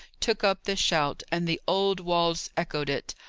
took up the shout, and the old walls echoed it.